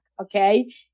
okay